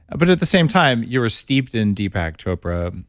but at the same time, you were steeped in deepak chopra,